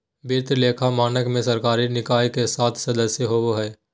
वित्तीय लेखा मानक में सरकारी निकाय के सात सदस्य होबा हइ